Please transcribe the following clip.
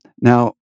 Now